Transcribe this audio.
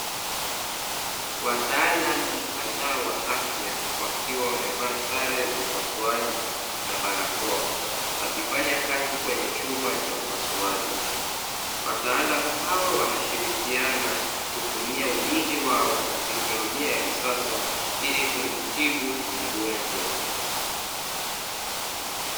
Wataalamu kadhaa wa afya wakiwa wamevaa sare za upasuaji na barakoa wakifanya kazi kwenye chumba cha upasuaji, wataalamu hawa wanashirikiana kutumia ujuzi wao na teknolojia ya kisasa ili kumtibu mgonjwa.